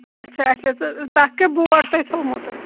اچھا اچھا تہٕ تتھ کیٛاہ بوڑ تۄہہِ تھومُت